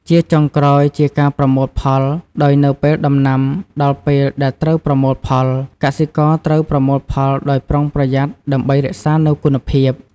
ជាចុងក្រោយជាការប្រមូលផល ដោយនៅពេលដំណាំដល់ពេលដែលត្រូវប្រមូលផល កសិករត្រូវប្រមូលផលដោយប្រុងប្រយ័ត្នដើម្បីរក្សានូវគុណភាព។